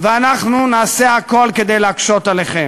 ואנחנו נעשה הכול כדי להקשות עליכם,